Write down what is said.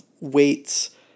weights